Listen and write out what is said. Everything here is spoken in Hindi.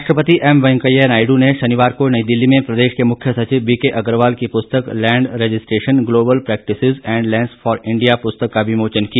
उप राष्ट्रपति एम वेंकैया नायडू ने शनिवार को नई दिल्ली में प्रदेश के मुख्य सचिव बीके अग्रवाल की पुस्तक land registration global practices and lessons for India पुस्तक का विमोचन किया